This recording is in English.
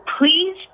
please